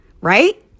right